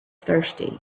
thirsty